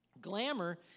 Glamour